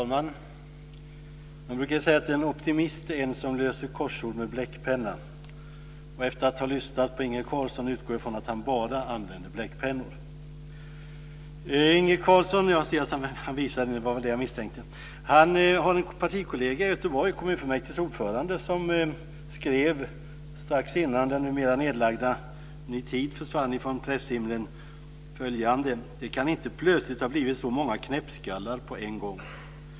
Fru talman! Man brukar säga att en optimist är någon som löser korsord med bläckpenna. Efter att ha lyssnat på Inge Carlsson utgår jag ifrån att han bara använder bläckpennor. Jag ser att han visar en sådan. Det var väl det jag misstänkte. Han har en partikollega i Göteborg - kommunfullmäktiges ordförande - som strax innan den numera nedlagda Ny Tid försvann ifrån presshimlen skrev följande: Det kan inte plötsligt ha blivit så många knäppskallar på en gång.